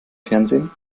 fernsehen